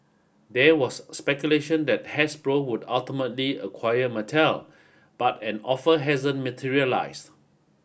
there was speculation that Hasbro would ultimately acquire Mattel but an offer hasn't materialised